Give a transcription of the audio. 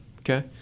Okay